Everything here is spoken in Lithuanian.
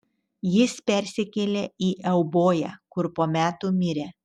jis persikėlė į euboją kur po metų mirė